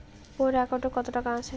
মোর একাউন্টত কত টাকা আছে?